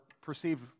perceived